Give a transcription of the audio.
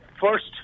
first